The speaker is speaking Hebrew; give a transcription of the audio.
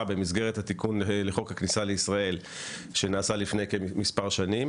במסגרת התיקון לחוק הכניסה לישראל שנעשה לפני מספר שנים